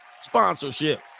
sponsorship